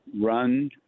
run